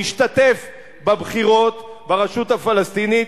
להשתתף בבחירות ברשות הפלסטינית,